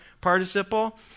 participle